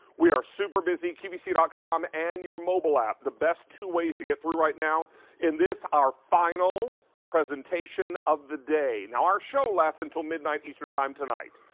we are super busy. qvc dot com and your mobile app the, best to wait to get to right now in this our final presentation of the day. now our show lasts until midnight eastern time tonight.